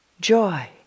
joy